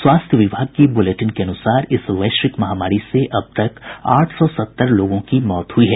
स्वास्थ्य विभाग की ब्रलेटिन के अनुसार इस वैश्विक महामारी से अब तक आठ सौ सत्तर लोगों की मौत हुई है